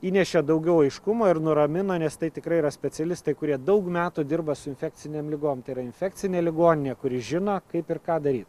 įnešė daugiau aiškumo ir nuramino nes tai tikrai yra specialistai kurie daug metų dirba su infekcinėm ligom tai yra infekcinė ligoninė kuri žino kaip ir ką daryt